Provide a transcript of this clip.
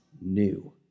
new